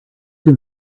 can